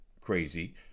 crazy